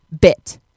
bit